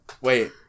Wait